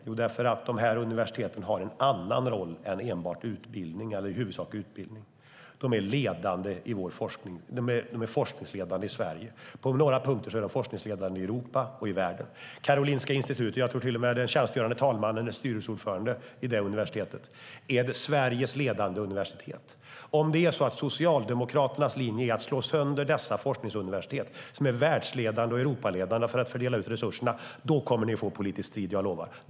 Jo, därför att dessa universitet har en annan roll än att i huvudsak bedriva utbildning. De är forskningsledande i Sverige. På några punkter är de forskningsledande i Europa och i världen. Jag tror till och med att den tjänstgörande talmannen är styrelseordförande i Karolinska Institutet. Det är Sveriges ledande universitet. Om Socialdemokraternas linje är att slå sönder dessa forskningsuniversitet som är världsledande och Europaledande för att fördela resurserna, då kommer ni att få politisk strid.